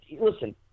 Listen